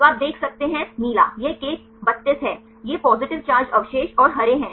तो आप देख सकते हैं नीला यह K 32 है ये पॉजिटिव चारजेड अवशेष और हरे हैं